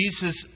Jesus